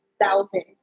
thousand